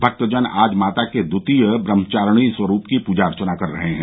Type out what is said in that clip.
भक्तजन आज माता के द्वितीय ब्रहचारिणी स्वरूप की पूजा अर्चना कर रहे हैं